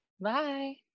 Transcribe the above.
Bye